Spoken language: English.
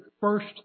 first